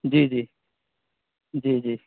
جی جی جی جی